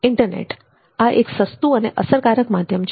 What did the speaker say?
internet આ એક સસ્તું અને અસરકારક માધ્યમ છે